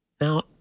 Now